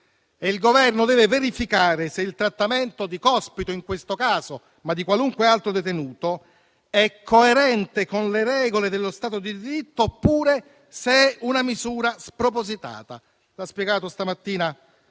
Il Governo deve verificare se il trattamento di Cospito in questo caso, ma di qualunque altro detenuto, sia coerente con le regole dello Stato di diritto, oppure se è una misura spropositata. L'ha spiegato stamattina